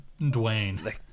Dwayne